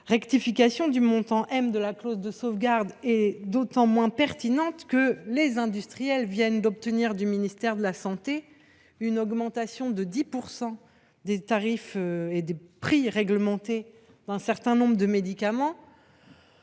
rectification du montant M est d’autant moins pertinente que les industriels viennent d’obtenir des services du ministère de la santé une augmentation de 10 % des tarifs et des prix réglementés d’un certain nombre de médicaments,